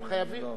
לא.